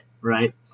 right